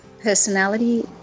personality